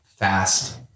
fast